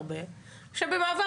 זה מעבר מיתר,